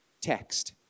text